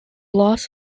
loss